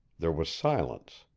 there was silence.